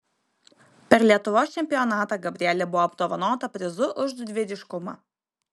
per lietuvos čempionatą gabrielė buvo apdovanota prizu už didvyriškumą